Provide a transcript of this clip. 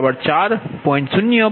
0 p